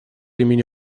имени